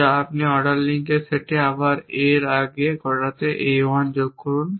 যা আপনি অর্ডার লিঙ্কের সেটে আবার A এর আগে ঘটতে A 1 যোগ করুন